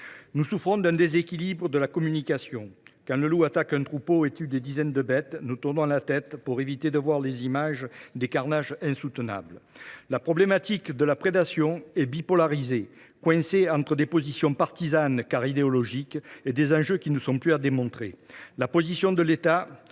de l’information dans les médias : quand le loup attaque un troupeau et tue des dizaines de bêtes, nous tournons la tête pour éviter de voir les images insoutenables des carnages. La problématique de la prédation est bipolarisée, coincée entre des positions partisanes, car idéologiques, et des enjeux qui ne sont plus à démontrer. La position de l’État